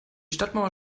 stadtmauer